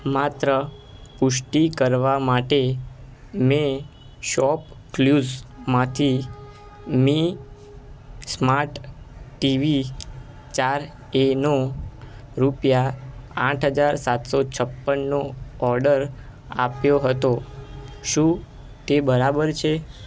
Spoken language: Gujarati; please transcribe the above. માત્ર પુષ્ટિ કરવા માટે મેં શોપકલુઝ માંથી મી સ્માર્ટ ટીવી ચાર એ નો રૂપિયા આઠ હજાર સાતસો છપ્પનનો ઓર્ડર આપ્યો હતો શું તે બરાબર છે